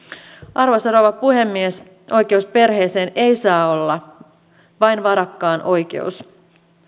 arvoisa rouva puhemies oikeus perheeseen ei saa olla vain varakkaan oikeus